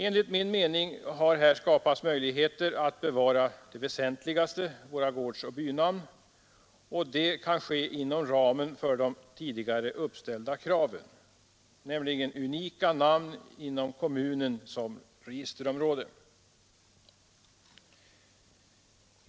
Enligt min mening har här skapats möjligheter att inom ramen för de tidigare uppställda kraven bevara det väsentligaste, våra gårdsoch bynamn, som unika namn inom kommunen som registerområde.